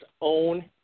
own